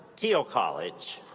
thiel college.